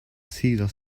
cesar